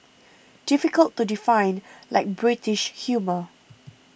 difficult to define like British humour